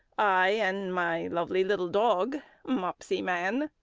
i and my lovely little dog mopsyman.